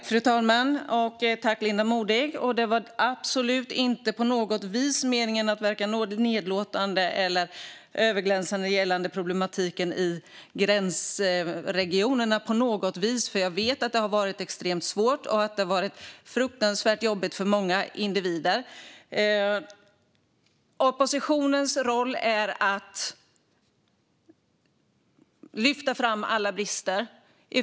Fru talman! Det var absolut inte på något vis meningen att verka nedlåtande eller överglänsande gällande problemen i gränsregionerna. Jag vet att det har varit extremt svårt och fruktansvärt jobbigt för många individer. Oppositionens roll är att lyfta fram alla brister.